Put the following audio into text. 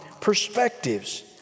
perspectives